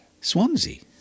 Swansea